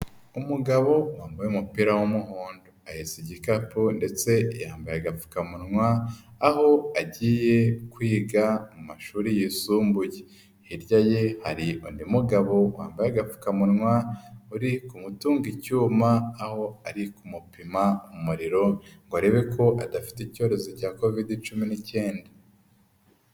Umugabo wambaye umupira w'umuhondo, ahetse igikapu ndetse yambaye agapfukamunwa aho agiye kwiga mu mashuri yisumbuye, hirya ye areba undi mugabo wambaye agapfukamunwa uri kumutunga icyuma aho ari kumupima umuriro ngo arebe ko adafite icyorezo cya COVID 19.